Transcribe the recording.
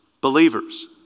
Believers